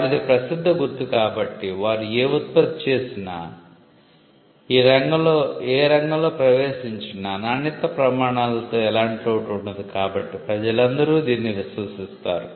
వారిది ప్రసిద్ధ గుర్తు కాబట్టి వారు ఏ ఉత్పత్తి చేసినా ఈ రంగంలో ప్రవేశించినా నాణ్యతా ప్రమాణాలలో ఎలాంటి లోటు ఉండదు కాబట్టి ప్రజలందరూ దీన్ని విశ్వసిస్తారు